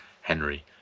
Henry